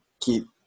keep